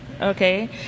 okay